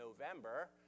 November